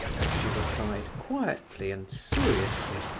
she replied, quietly and seriously,